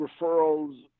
referrals